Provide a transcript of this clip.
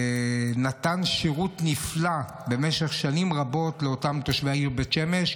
שנתן שירות באמת נפלא במשך שנים רבות לאותם תושבי העיר בית שמש,